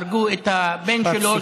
הרגו את הבן שלו,